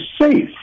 safe